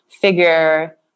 figure